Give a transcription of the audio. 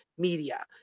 Media